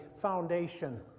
Foundation